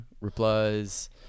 replies